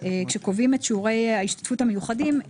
כשקובעים את שיעורי ההשתתפות המיוחדים,